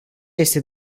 este